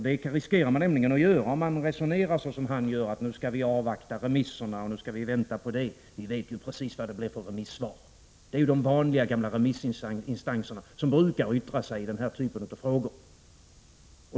Det är nämligen risken om man resonerar som Owe Andréasson gör, att nu skall vi avvakta remisserna och nu skall vi vänta det och det. Vi vet ju precis vilka remissvar det blir. Det är de gamla vanliga remissinstanserna som brukar yttra sig i den här typen av frågor.